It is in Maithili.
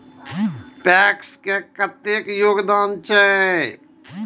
पैक्स के कतेक योगदान छै?